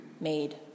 made